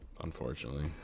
Unfortunately